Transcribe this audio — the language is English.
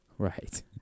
Right